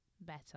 better